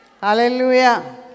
Hallelujah